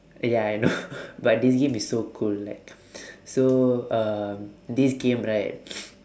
ya I know but this game is so cool like so um this game right